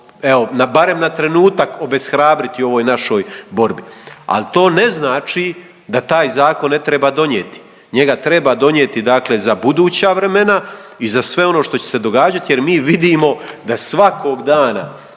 evo barem na trenutak obeshrabriti u ovoj našoj borbi, ali to ne znači da taj zakon ne treba donijeti. Njega treba donijeti dakle za buduća vremena i za sve ono što će se događati jer mi vidimo da svakog dana